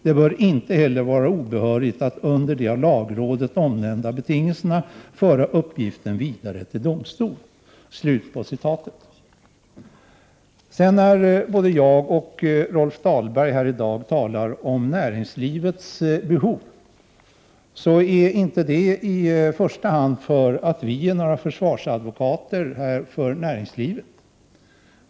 Det bör heller inte vara obehörigt att under de av lagrådet omnämnda betingelserna föra uppgiften vidare till domstolen.” När både jag och Rolf Dahlberg i dag talar om näringslivets behov, gör vi det inte i första hand därför att vi är några försvarsadvokater för näringslivet.